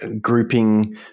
grouping